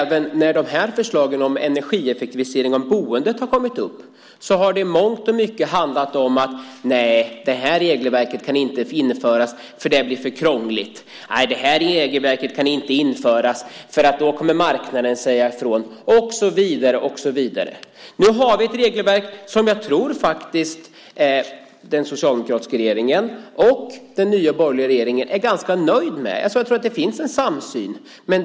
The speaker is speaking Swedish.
När förslagen om energieffektivisering av boendet kommit upp har det i mångt och mycket handlat om att regelverket inte kan införas eftersom det blir för krångligt, att det inte kan införas eftersom marknaden då kommer att säga ifrån och så vidare. Nu har vi ett regelverk som jag tror att den tidigare socialdemokratiska och den nuvarande borgerliga regeringen är ganska nöjda med. Jag tror att det finns en samsyn.